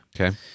Okay